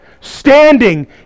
standing